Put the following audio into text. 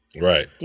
Right